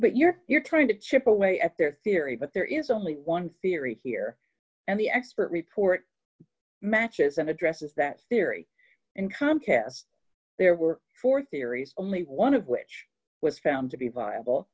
but you're you're trying to chip away at their theory but there is only one theory here and the expert report matches and addresses that theory in comcast there were four theories only one of which was found to be viable